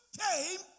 came